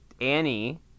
Annie